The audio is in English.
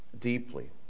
deeply